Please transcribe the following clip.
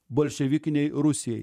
bolševikinei rusijai